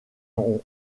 ont